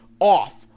off